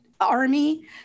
army